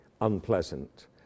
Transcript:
unpleasant